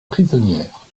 prisonnières